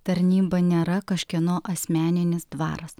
tarnyba nėra kažkieno asmeninis dvaras